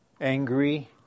angry